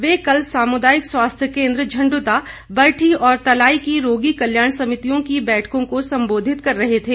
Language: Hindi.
वे कल सामुदायिक स्वास्थ्य केन्द्र झण्डूता बरठी और तलाई की रोगी कल्याण समितियों की बैठकों को संबोधित कर रहे थे